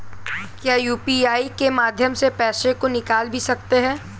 क्या यू.पी.आई के माध्यम से पैसे को निकाल भी सकते हैं?